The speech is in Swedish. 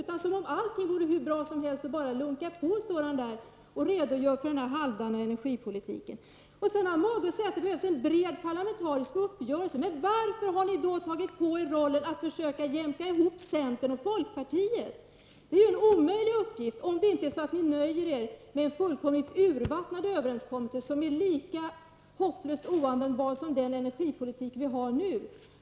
Han står där och redogör för den här halvdana energipolitiken som om allting vore hur bra som helst och det bara var att lunka på. Sedan har han mage att säga att det behövs en bred parlamentarisk uppgörelse. Men varför har ni då tagit på er rollen att försöka jämka ihop centern och folkpartiet? Det är ju en omöjlig uppgift om det inte är så att ni nöjer er med en fullkomligt urvattnad uppgörelse som är lika hopplöst oanvändbar som den energipolitik vi har nu.